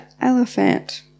Elephant